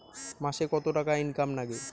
মাসে কত টাকা ইনকাম নাগে?